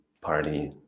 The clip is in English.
party